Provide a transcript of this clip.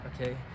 okay